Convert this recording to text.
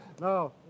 No